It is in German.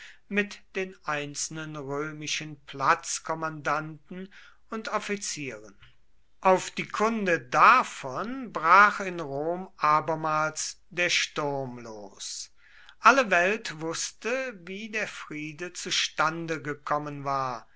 mit den einzelnen römischen platzkommandanten und offizieren auf die kunde davon brach in rom abermals der sturm los alle welt wußte wie der friede zustande gekommen war